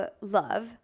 love